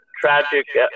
tragic